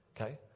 okay